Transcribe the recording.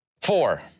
Four